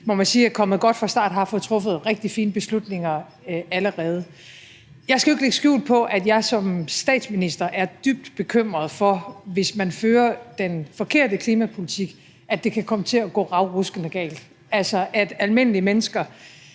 må man sige – kommet godt fra start og har allerede fået truffet rigtig fine beslutninger. Jeg skal jo ikke lægge skjul på, at jeg som statsminister er dybt bekymret for, at det, hvis man fører den forkerte klimapolitik, kan komme til at gå ravruskende galt, altså at almindelige mennesker